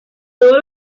todos